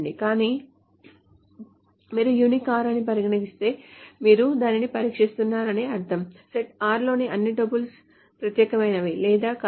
కాబట్టి మీరు unique r అని పరిగణిస్తే మీరు దానిని పరీక్షిస్తున్నారనే అర్థం సెట్ r లోని అన్ని టపుల్స్ ప్రత్యేకమైనవి లేదా కాదా